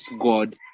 God